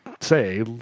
say